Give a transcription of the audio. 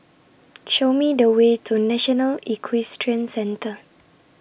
Show Me The Way to National Equestrian Centre